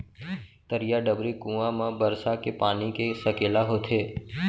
तरिया, डबरी, कुँआ म बरसा के पानी के सकेला होथे